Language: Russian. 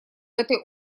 этой